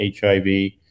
HIV